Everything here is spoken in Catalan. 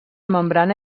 membrana